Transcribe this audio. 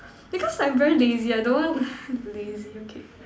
because I very lazy I don't want lazy okay